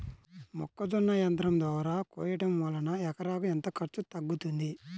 మొక్కజొన్న యంత్రం ద్వారా కోయటం వలన ఎకరాకు ఎంత ఖర్చు తగ్గుతుంది?